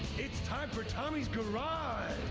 it's time for tommy's garage!